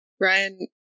Ryan